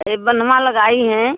ये बन्हवा लगाई हैं